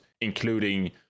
including